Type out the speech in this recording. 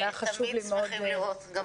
אבל היה חשוב לי -- תמיד שמחים לראות גם